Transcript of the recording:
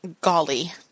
golly